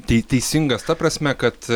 tei teisingas ta prasme kad